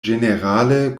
ĝenerale